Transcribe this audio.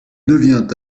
devient